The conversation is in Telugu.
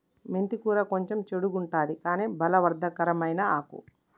మెంతి కూర కొంచెం చెడుగుంటది కని బలవర్ధకమైన ఆకు